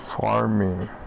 farming